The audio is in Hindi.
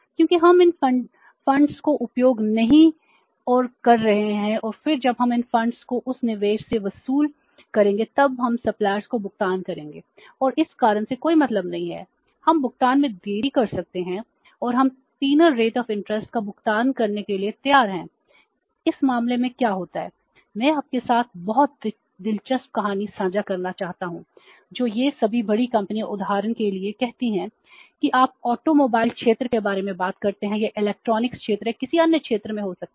क्योंकि हम इन फंडों क्षेत्र या किसी अन्य क्षेत्र में हो सकते हैं